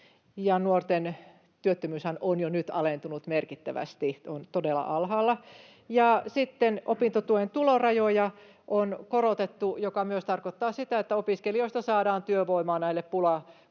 nuorten työttömyyshän on jo nyt alentunut merkittävästi, on todella alhaalla. Sitten opintotuen tulorajoja on korotettu, mikä myös tarkoittaa sitä, että opiskelijoista saadaan työvoimaa näille pula-aloille.